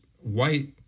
white